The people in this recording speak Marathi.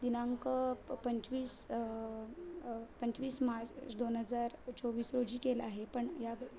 दिनांक प पंचवीस पंचवीस मार्च दोन हजार चोवीस रोजी केलं आहे पण या